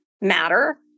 matter